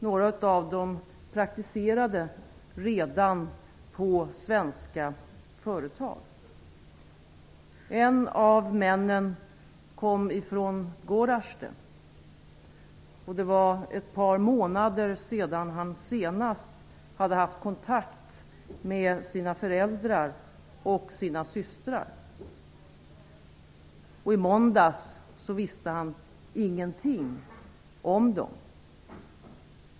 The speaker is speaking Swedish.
Några av dem praktiserade redan på svenska företag. En av männen kom från Gorazde. Det var ett par månader sedan han senast hade kontakt med sina föräldrar och systrar. I måndags visste han ingenting om dem.